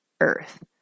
Earth